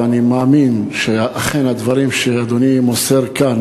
אני מאמין שאכן הדברים שאדוני מוסר כאן